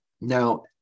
Now